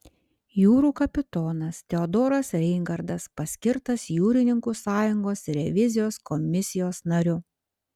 jūrų kapitonas teodoras reingardas paskirtas jūrininkų sąjungos revizijos komisijos nariu